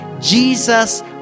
Jesus